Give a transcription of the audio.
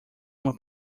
uma